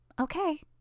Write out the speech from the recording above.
Okay